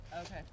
Okay